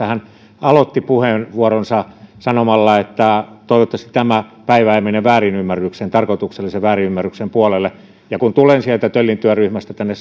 hän aloitti puheenvuoronsa sanomalla että toivottavasti tämä päivä ei mene väärinymmärryksen tarkoituksellisen väärinymmärryksen puolelle ja kun tulen sieltä töllin työryhmästä tänne